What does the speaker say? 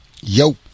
Yo